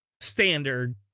standard